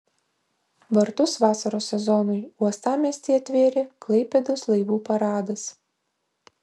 vartus vasaros sezonui uostamiestyje atvėrė klaipėdos laivų paradas